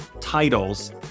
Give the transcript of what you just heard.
titles